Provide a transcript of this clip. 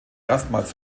erstmals